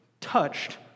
touched